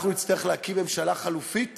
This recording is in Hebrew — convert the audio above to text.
אנחנו נצטרך להקים ממשלה חלופית